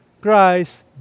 Christ